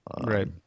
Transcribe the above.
Right